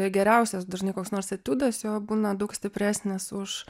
geriausias dažnai koks nors etiudas jo būna daug stipresnis už